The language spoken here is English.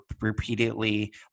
repeatedly